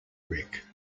rick